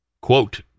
quote